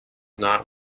not